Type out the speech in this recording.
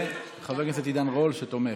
וחבר הכנסת עידן רול שתומך.